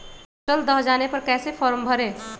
फसल दह जाने पर कैसे फॉर्म भरे?